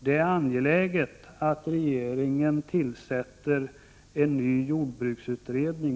Det är angeläget att regeringen snarast tillsätter en ny jordbruksutredning.